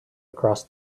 across